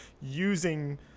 using